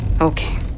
Okay